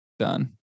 Done